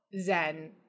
Zen